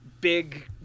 big